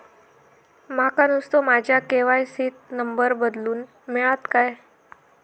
माका नुस्तो माझ्या के.वाय.सी त नंबर बदलून मिलात काय?